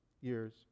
years